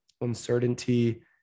uncertainty